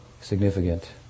significant